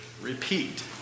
Repeat